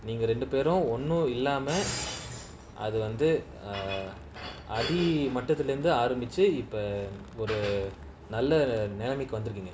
நீங்கரெண்டுபேரும்ஒண்ணுமில்லாமஅதுவந்துஅடிமட்டத்துலவந்துஆரம்பிச்சிஒருநல்லநிலைமைக்குவந்துருக்கீங்க:neenga renduperum onnumillama adhu vandhu adimatathula vandhu arambichi oru nalla nelamaiku vandhurukeenga